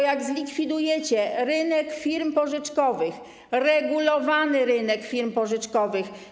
Jak zlikwidujecie rynek firm pożyczkowych, regulowany rynek firm pożyczkowych.